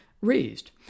raised